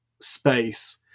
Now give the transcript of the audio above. space